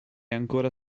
ancora